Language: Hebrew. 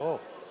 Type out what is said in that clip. ברור.